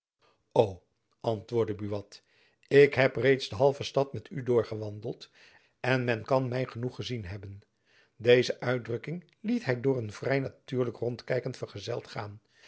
antwoordde buat ik heb reeds de halve stad met u doorgewandeld en men kan my genoeg gezien hebben deze uitdrukking liet hy door een vrij natuurlijk rondkijken vergezeld gaan